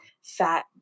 fat